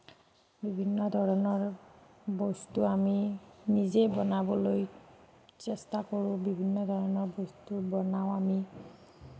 বিভিন্ন ধৰণৰ বস্তু আমি নিজে বনাবলৈ চেষ্টা কৰোঁ বিভিন্ন ধৰণৰ বস্তু বনাও আমি